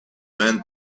men